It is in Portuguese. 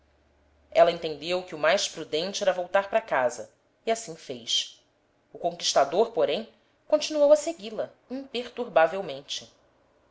ela entendeu que o mais prudente era voltar para casa e assim fez o conquistador porém continuou a segui-la imperturbavelmente